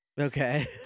Okay